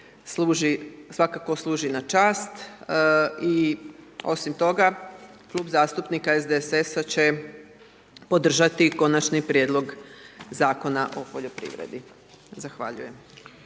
svakako služi na čast, i osim toga, Klub zastupnika SDSS će podržati Konačni prijedlog Zakona o poljoprivredi. Zahvaljujem.